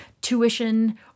tuition